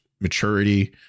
maturity